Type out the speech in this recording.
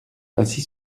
ainsi